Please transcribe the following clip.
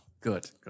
Good